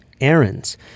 errands